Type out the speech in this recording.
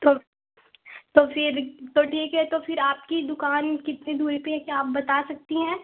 तो तो फिर तो ठीक है तो फिर आपकी दुकान कितनी दूरी पर है क्या आप बता सकती हैं